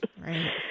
right